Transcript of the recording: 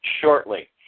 shortly